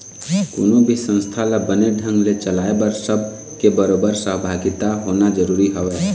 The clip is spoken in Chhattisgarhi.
कोनो भी संस्था ल बने ढंग ने चलाय बर सब के बरोबर सहभागिता होना जरुरी हवय